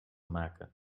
maken